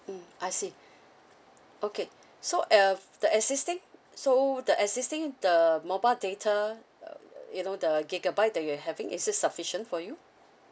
mm I see okay so uh f~ the existing so the existing the mobile data um uh you know the gigabyte that you are having is it sufficient for you